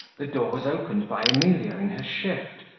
the door was opened by emilia in her shift,